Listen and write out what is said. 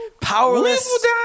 powerless